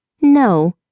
No